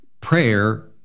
prayer